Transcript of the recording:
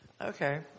Okay